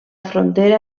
frontera